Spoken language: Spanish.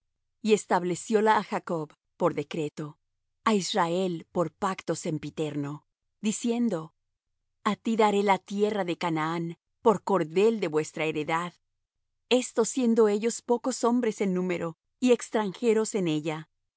y establecióla á jacob por decreto a israel por pacto sempiterno diciendo a ti daré la tierra de canaán por cordel de vuestra heredad esto siendo ellos pocos hombres en número y extranjeros en ella